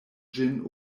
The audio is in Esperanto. ĝin